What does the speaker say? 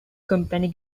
company